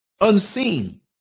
unseen